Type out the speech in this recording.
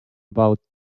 about